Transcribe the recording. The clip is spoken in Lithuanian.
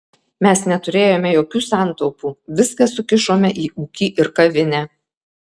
mes neturėjome jokių santaupų viską sukišome į ūkį ir kavinę